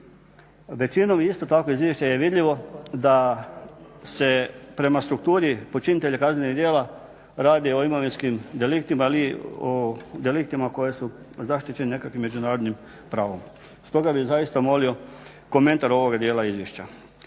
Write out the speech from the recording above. Većinom isto tako iz izvješća je vidljivo da se prema strukturi počinitelja kaznenih djela radi o imovinskim deliktima ili o deliktima koje su zaštićene nekakvim međunarodnim pravom. Stoga bih zaista molio komentar ovog dijela izvješća.